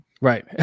right